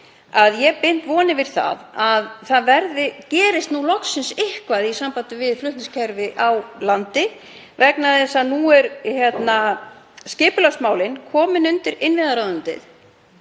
Ég bind vonir við að það gerist nú loksins eitthvað í sambandi við flutningskerfi á landi vegna þess að nú eru skipulagsmálin komin undir innviðaráðuneytið.